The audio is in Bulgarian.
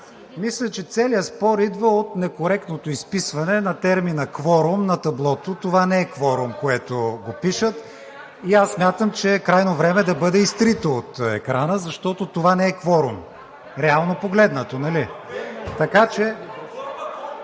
Мисля, че целият спор идва от некоректното изписване на термина „кворум“ на таблото. Това не е кворум, което го пишат. Аз смятам, че е крайно време да бъде изтрито от екрана, защото това не е кворум реално погледнато, нали? (Шум и